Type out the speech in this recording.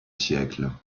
siècle